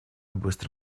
быстро